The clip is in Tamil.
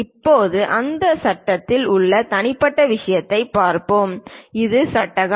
இப்போது அந்தச் சட்டத்தில் உள்ள தனிப்பட்ட விஷயத்தைப் பார்ப்போம் இது சட்டகம்